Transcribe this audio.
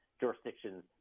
jurisdictions